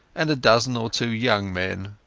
and a dozen or two young men.